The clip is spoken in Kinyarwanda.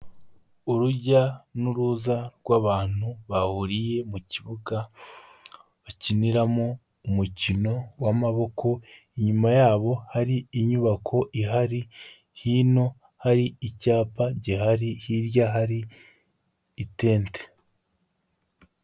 Urujya n'uruza rw'abantu bahuriye mu kibuga bakiniramo umukino w'amaboko, inyuma yabo hari inyubako ihari, hino hari icyapa gihari, hirya hari itente.